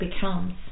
becomes